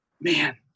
man